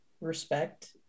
respect